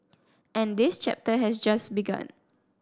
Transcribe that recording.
and this chapter has just begun